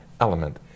element